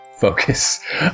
focus